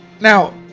now